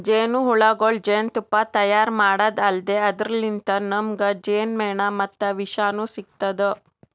ಜೇನಹುಳಗೊಳ್ ಜೇನ್ತುಪ್ಪಾ ತೈಯಾರ್ ಮಾಡದ್ದ್ ಅಲ್ದೆ ಅದರ್ಲಿನ್ತ್ ನಮ್ಗ್ ಜೇನ್ಮೆಣ ಮತ್ತ್ ವಿಷನೂ ಸಿಗ್ತದ್